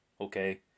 Okay